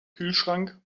kühlschrank